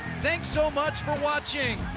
thanks so much for watching.